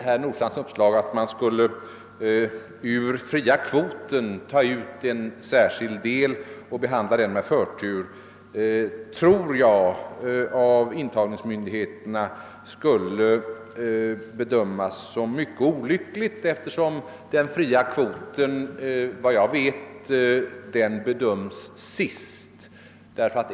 Herr Nordstrandhs uppslag att man ur den fria kvoten skulle bryta ut en särskild del och behandla den med förtur tror jag av intagningsmyndigheterna skulle bedömas som mycket olyckligt, eftersom den fria kvoten såvitt jag vet bedöms sist.